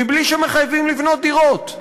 בלי שמחייבים לבנות דירות.